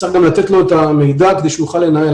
צריך גם לתת לו את המידע כדי שהוא יוכל לנהל.